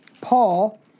Paul